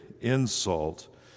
insult